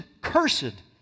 cursed